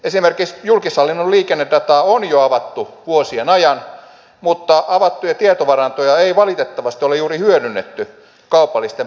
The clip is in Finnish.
esimerkiksi julkishallinnon liikennedata on jo avattu vuosien ajan mutta avattuja tietovarantoja ei valitettavasti ole juuri hyödynnetty kaupallisten palveluiden kehittämiseen